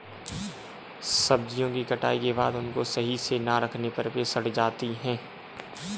सब्जियों की कटाई के बाद उनको सही से ना रखने पर वे सड़ जाती हैं